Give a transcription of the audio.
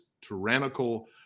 tyrannical